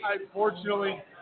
Unfortunately